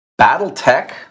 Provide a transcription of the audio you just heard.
Battletech